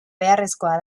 beharrezkoa